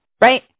right